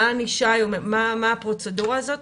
מה הענישה היום, מה הפרוצדורה הזאת?